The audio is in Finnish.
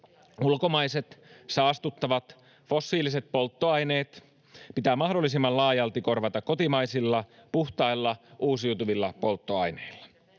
Ulkomaiset, saastuttavat, fossiiliset polttoaineet pitää mahdollisimman laajalti korvata kotimaisilla, puhtailla, uusiutuvilla polttoaineilla.